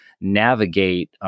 navigate